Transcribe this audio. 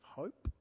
hope